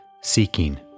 Seeking